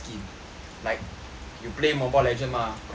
like you play mobile legend mah correct mah